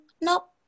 nope